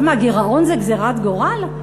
מה, גירעון זה גזירת גורל?